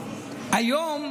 היום,